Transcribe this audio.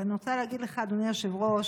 ואני רוצה להגיד לך, אדוני היושב-ראש,